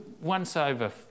once-over